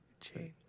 Change